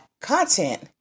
content